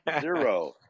zero